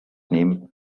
name